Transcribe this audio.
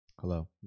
Hello